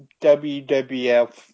WWF